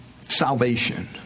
salvation